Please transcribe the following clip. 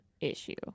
issue